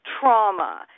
trauma